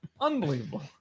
Unbelievable